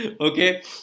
Okay